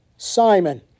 Simon